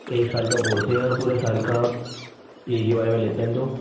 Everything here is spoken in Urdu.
ایک سال کا کورس ہےگر پورے سال کا آپ ایک ہی بار میں لیتے ہیں تو